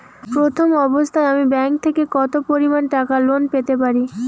প্রথম অবস্থায় আমি ব্যাংক থেকে কত পরিমান টাকা লোন পেতে পারি?